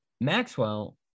Maxwell